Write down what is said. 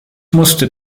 musste